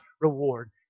reward